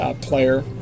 player